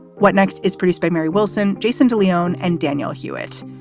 what next is pretty straight. mary wilson, jason de leon and daniel hewett.